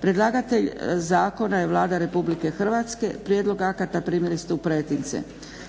Predlagatelj zakona je Vlada RH. Prijedlog akata primili ste u pretince.